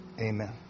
Amen